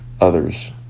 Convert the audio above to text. others